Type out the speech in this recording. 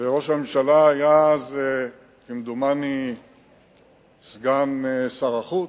וראש הממשלה היה אז כמדומני סגן שר החוץ,